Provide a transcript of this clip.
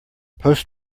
post